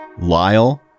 Lyle